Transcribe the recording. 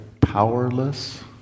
powerless